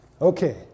Okay